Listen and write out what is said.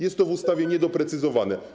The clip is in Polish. Jest to w ustawie niedoprecyzowane.